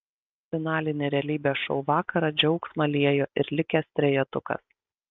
finalinį realybės šou vakarą džiaugsmą liejo ir likęs trejetukas